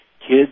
kids